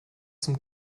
zum